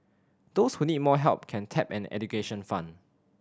those who need more help can tap an education fund